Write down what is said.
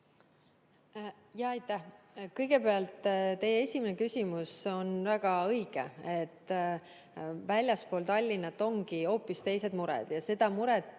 Aitäh! Kõigepealt, teie esimene küsimus on väga õige. Väljaspool Tallinna ongi hoopis teised mured. Ja seda muret